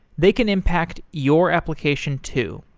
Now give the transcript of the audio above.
they can impact your application too.